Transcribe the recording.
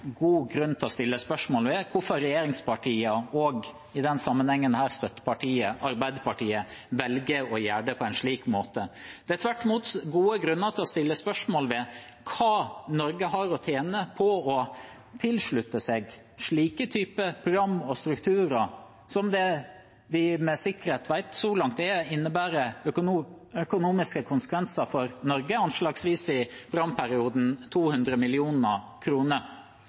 god grunn til å stille spørsmål ved hvorfor regjeringspartiene og – i denne sammenhengen – støttepartiet Arbeiderpartiet velger å gjøre det på en slik måte. Det er tvert imot gode grunner til å stille spørsmål ved hva Norge har å tjene på å tilslutte seg slike typer programmer og strukturer, som vi med sikkerhet vet så langt innebærer økonomiske konsekvenser for Norge, anslagsvis 200 mill. kr i